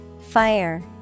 Fire